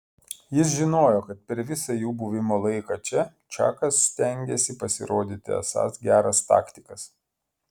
jis žinojo kad per visą jų buvimo laiką čia čakas stengiasi pasirodyti esąs geras taktikas